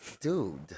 Dude